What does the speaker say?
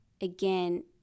again